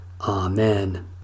Amen